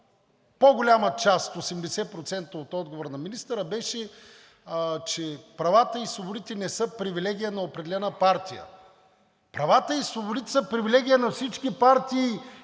По-голяма част – 80% от отговора на министъра беше, че правата и свободите не са привилегия на определена партия. Правата и свободите са привилегия на всички партии